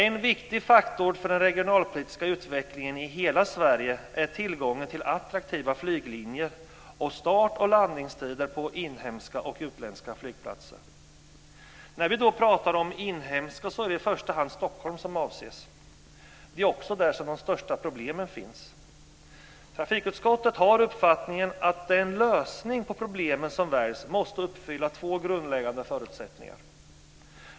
En viktig faktor för den regionalpolitiska utvecklingen i hela Sverige är tillgången till attraktiva flyglinjer och start och landningstider på inhemska och utländska flygplatser. När vi pratar om inhemska flygplatser är det i första hand Stockholm som avses. Det är också där som de största problemen finns. Trafikutskottet har uppfattningen att den lösning på problemen som väljs måste uppfylla två grundläggande förutsättningar.